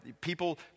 People